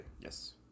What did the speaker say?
yes